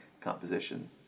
composition